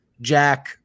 Jack